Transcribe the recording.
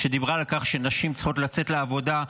שדיברה על כך שנשים צריכות לצאת לעבודה,